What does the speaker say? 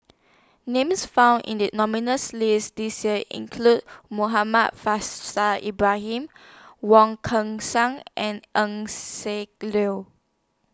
Names found in The nominees' list This Year include Muhammad Faishal Ibrahim Wong Kan Seng and Eng Siak Liu